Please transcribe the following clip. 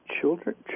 children